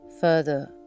further